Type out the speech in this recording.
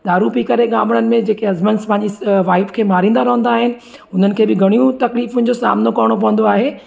दारु पी करे गांवनि में जेके हस्बैंड्स पंहिंजी वाइफ खे मारींदा रहंदा आहिनि उन्हनि खे घणियूं तकलीफ़ुनि जो सामनो करिणो पवंदो आहे